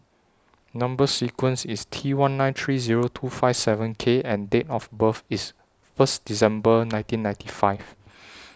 Number sequence IS T one nine three Zero two five seven K and Date of birth IS First December nineteen ninety five